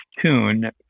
tune